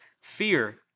fear